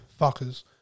fuckers